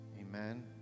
Amen